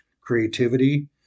creativity